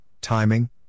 timing